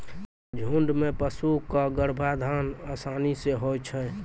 झुंड म पशु क गर्भाधान आसानी सें होय छै